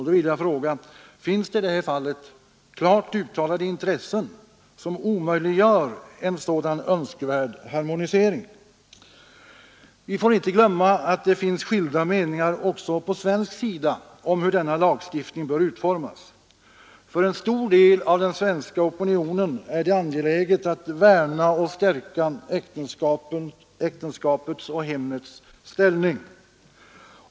Då vill jag fråga: Finns det i det här fallet klart uttalade intressen som omöjliggör en sådan önskvärd harmonisering? Vi får inte glömma att det finns skilda meningar också på svensk sida om hur denna lagstiftning bör utformas. För en stor del av den svenska opinionen är det angeläget att värna och stärka äktenskapets och hemmets ställning.